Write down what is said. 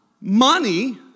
money